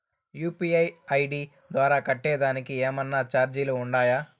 UPI ID ద్వారా కట్టేదానికి ఏమన్నా చార్జీలు ఉండాయా?